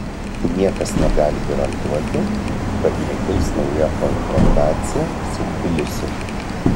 niekas negali garantuoti kad nekils nauja konfrontacija su tbilisiu